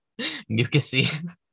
mucusy